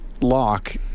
lock